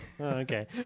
Okay